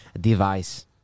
device